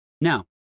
Now